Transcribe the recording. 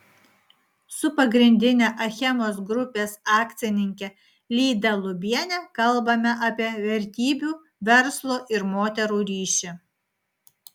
su pagrindine achemos grupės akcininke lyda lubiene kalbame apie vertybių verslo ir moterų ryšį